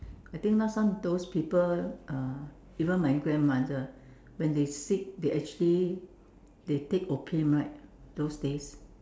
I think last time those people uh even my grandmother when they sick they actually they take opium right those days